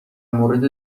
مورد